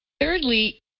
Thirdly